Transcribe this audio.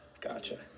gotcha